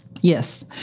Yes